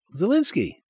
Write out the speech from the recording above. Zelensky